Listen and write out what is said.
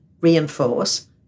reinforce